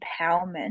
empowerment